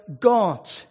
God